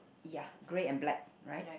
ya grey and black right